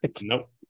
Nope